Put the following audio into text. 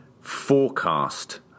forecast